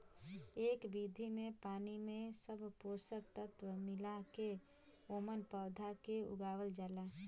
एह विधि में पानी में सब पोषक तत्व मिला के ओमन पौधा के उगावल जाला